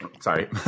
sorry